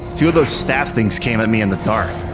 two of those staff things came at me in the dark.